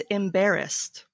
embarrassed